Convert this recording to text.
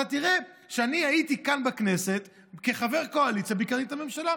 אתה תראה שאני הייתי כאן בכנסת כחבר קואליציה וביקרתי את הממשלה.